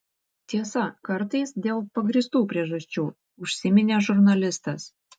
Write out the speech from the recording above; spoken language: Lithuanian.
tiesa kartais dėl pagrįstų priežasčių užsiminė žurnalistas